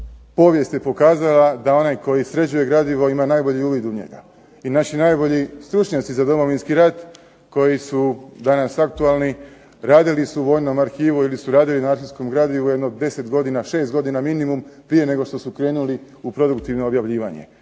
Povijest je pokazala da onaj koji sređuje gradivo ima najbolji uvid u njega. I naši najbolji stručnjaci za Domovinski rat koji su danas aktualni radili su u vojnom arhivu ili su radili na arhivskom gradivu jedno 10 godina, 6 godina minimum prije nego što su krenuli u produktivno objavljivanje.